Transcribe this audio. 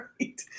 Right